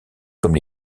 comme